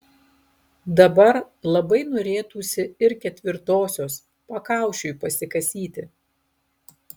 dabar labai norėtųsi ir ketvirtosios pakaušiui pasikasyti